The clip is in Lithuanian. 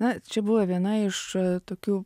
na čia buvo viena iš tokių